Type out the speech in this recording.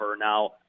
Now